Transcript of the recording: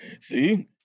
See